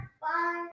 Bye